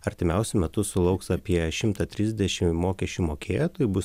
artimiausiu metu sulauks apie šimtą trisdešim mokesčių mokėtojų bus